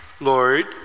Lord